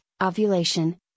ovulation